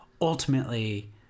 ultimately